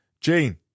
gene